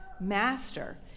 Master